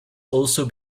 also